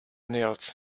nails